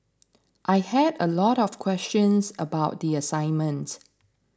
I had a lot of questions about the assignment